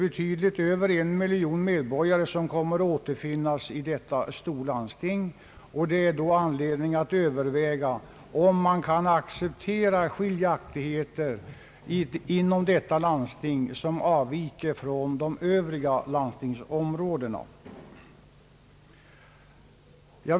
Betydligt över en miljon medborgare kommer att återfinnas i detta storlandsting. Det är då anledning att överväga om man kan acceptera skiljaktligheter mellan detta och övriga landsting.